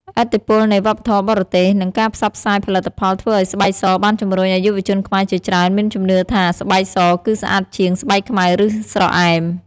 ឥទ្ធិពលនៃវប្បធម៌បរទេស និងការផ្សព្វផ្សាយផលិតផលធ្វើឲ្យស្បែកសបានជំរុញឲ្យយុវជនខ្មែរជាច្រើនមានជំនឿថា ស្បែកសគឺស្អាតជាង ស្បែកខ្មៅ ឬស្រអែម។